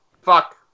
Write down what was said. Fuck